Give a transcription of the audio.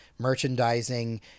merchandising